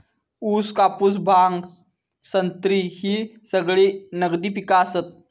ऊस, कापूस, भांग, संत्री ही सगळी नगदी पिका आसत